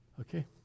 Okay